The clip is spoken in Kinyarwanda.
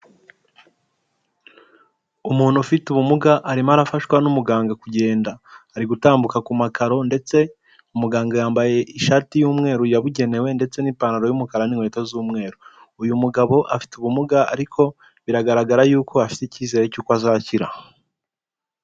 Umuntu ufite ubumuga arimo arafashwa n'umuganga kugenda, ari gutambuka ku makaro ndetse umuganga yambaye ishati y'umweru yabugenewe, ndetse n'ipantaro y'umukara n'inkweto z'umweru, uyu mugabo afite ubumuga ariko biragaragara yuko a afite icyizere cy'uko azakira.